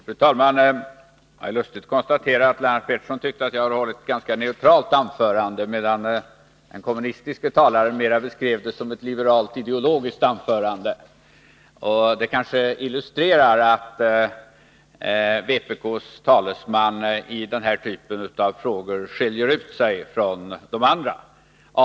Fru talman! Det är lustigt att konstatera att Lennart Pettersson tyckte att mitt anförande var ganska neutralt. Den kommunistiske talaren däremot beskrev det som ett liberalt ideologiskt anförande. Detta kanske illustrerar att vpk:s talesman i den här typen av frågor skiljer ut sig från oss andra.